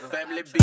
Family